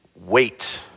Wait